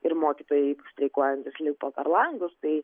ir mokytojai streikuojantys lipo per langus tai